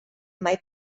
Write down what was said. mai